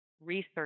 research